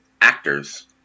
actors